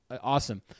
awesome